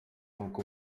nk’uko